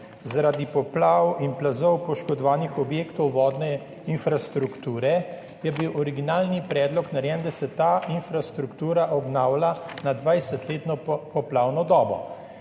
zaradi poplav in plazov poškodovanih objektov vodne infrastrukture je bil originalni predlog narejen, da se ta infrastruktura obnavlja na dvajsetletno poplavno dobo.